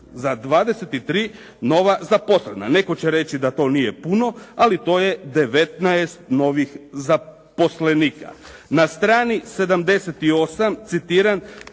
Ili 23 nova zaposlena. Netko će reći da to nije puno ali to je novih 19 novih zaposlenika. Na strani 78 citiram